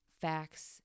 facts